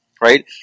right